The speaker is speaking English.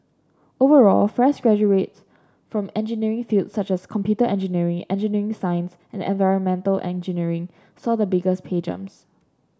overall fresh graduates from engineering fields such as computer engineering engineering science and environmental engineering saw the biggest pay jumps